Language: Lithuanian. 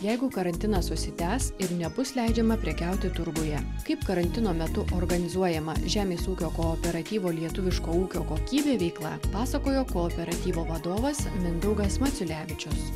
jeigu karantinas užsitęs ir nebus leidžiama prekiauti turguje kaip karantino metu organizuojama žemės ūkio kooperatyvo lietuviško ūkio kokybė veikla pasakojo kooperatyvo vadovas mindaugas maciulevičius